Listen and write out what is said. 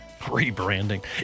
Rebranding